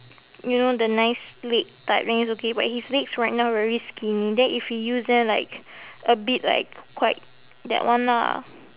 you know the nice leg type then it's okay but his legs right now very skinny then if he use then like a bit like quite that one lah